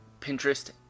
Pinterest